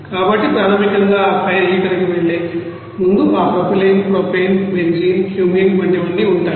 కాబట్టి ప్రాథమికంగా ఆ ఫైర్ హీటర్కి వెళ్లే ముందు ఆ ప్రొపైలిన్ ప్రొపేన్ బెంజీన్ క్యూమెన్ వంటివన్నీ ఉంటాయి